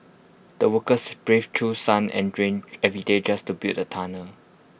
the workers braved through sun and rain every day just to build the tunnel